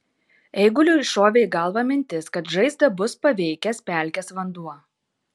eiguliui šovė į galvą mintis kad žaizdą bus paveikęs pelkės vanduo